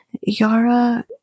Yara